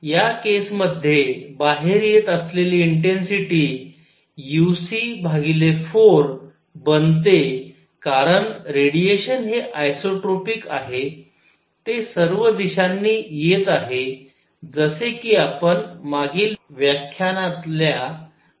या केस मध्ये बाहेर येत असलेली इंटेन्सिटी uc 4 बनते कारण रेडिएशन हे आईसोट्रोपिक आहे ते सर्व दिशांनी येत आहे जसे कि आपण मागील व्याख्यानातल्या डेरीव्हेशनमध्ये पहिले आहे